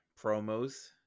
promos